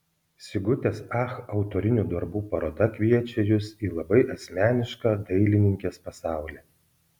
sigutės ach autorinių darbų paroda kviečia jus į labai asmenišką dailininkės pasaulį